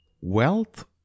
Wealth